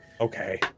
Okay